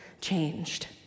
changed